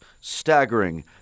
staggering